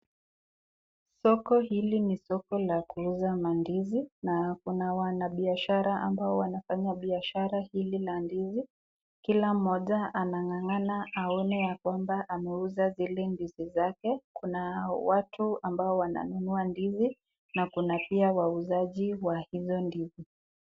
Soko hili ni soko la kuuza mandizi na kuna wanabiashara ambao wanafanya biashara hili la ndizi kila mmoja anang'ang'ana aone ya kwamba ameuza zile ndizi zake kuna watu ambao wananunua ndizi na kuna pia wauzaji wa hizo ndizi.